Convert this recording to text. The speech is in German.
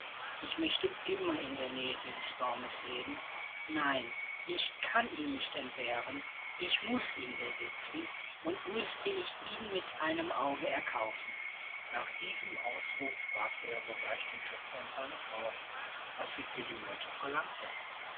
ich möchte immer in der nähe dieses baumes leben nein ich kann ihn nicht entbehren ich muß ihn besitzen und müßte ich ihn mit einem auge erkaufen nach diesem ausruf fragte er sogleich den töpfer und seine frau was sie für die myrte verlangten